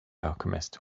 alchemist